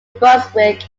brunswick